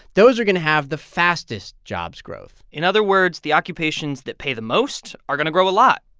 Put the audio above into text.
those are going to have the fastest jobs growth in other words, the occupations that pay the most are going to grow a lot.